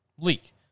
leak